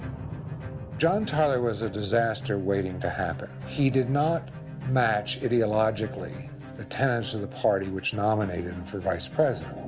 john tyler was a disaster waiting to happen. he did not match ideologically the tenets of and the party which nominated him for vice president.